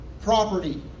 property